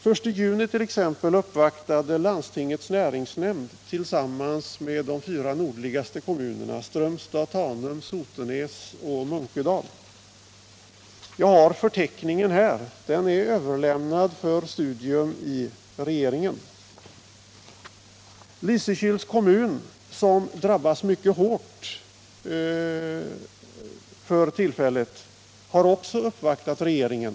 Den 1 juni uppvaktade t.ex. landstingets näringsnämnd tillsammans med de fyra nordligaste kommunerna: Strömstad, Tanum, Sotenäs och Munkedal. Jag har förteckningen här; den är överlämnad till regeringen för studium. Lysekils kommun, som drabbas mycket hårt för tillfället, har också uppvaktat regeringen.